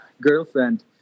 girlfriend